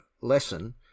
lesson